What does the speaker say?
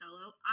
solo